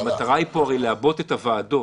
לא, המטרה פה היא הרי לעבות את הוועדות.